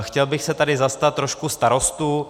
Chtěl bych se tady zastat trošku starostů.